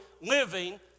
living